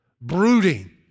Brooding